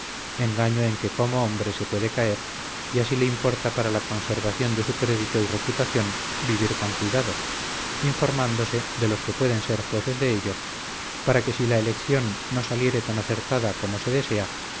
siéndolo engaño en que como hombre se puede caer y así le importa para la conservación de su crédito y reputación vivir con cuidado informándose de los que pueden ser jueces de ello para que si la elección no saliere tan acertada como se desea